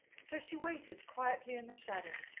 so she waited quietly in the shadow,